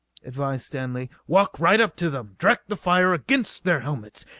advised stanley. walk right up to them, direct the fire against their helmets,